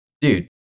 dude